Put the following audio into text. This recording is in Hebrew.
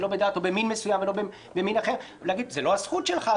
במין מסוים ולא במין אחר ונגיד: זו לא הזכות שלך,